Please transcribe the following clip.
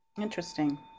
Interesting